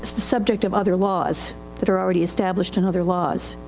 the subject of other laws that are already established in other laws.